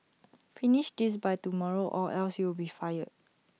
finish this by tomorrow or else you'll be fired